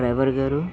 driver గారూ